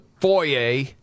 foyer